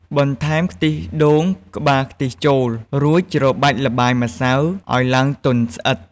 បន្ថែមខ្ទិះដូងក្បាលខ្ទិះចូល រួចច្របាច់ល្បាយម្សៅឱ្យឡើងទន់ស្អិត។